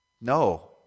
No